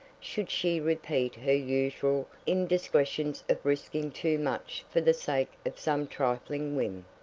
should she repeat her usual indiscretions of risking too much for the sake of some trifling whim.